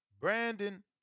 Brandon